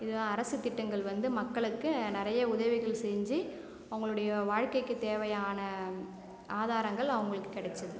இதில் அரசு திட்டங்கள் வந்து மக்களுக்கு நிறைய உதவிகள் செஞ்சு அவங்களுடைய வாழ்க்கைக்கு தேவையான ஆதாரங்கள் அவங்களுக்கு கிடச்சிது